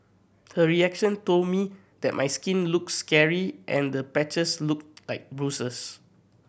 her reaction told me that my skin looked scary and the patches looked like bruises